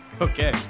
Okay